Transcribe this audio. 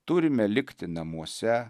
turime likti namuose